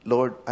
Lord